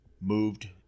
moved